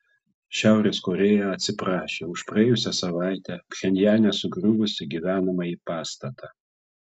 šiaurės korėja atsiprašė už praėjusią savaitę pchenjane sugriuvusį gyvenamąjį pastatą